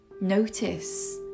Notice